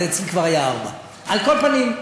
אז אצלי כבר היה 04:00. על כל פנים,